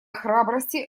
храбрости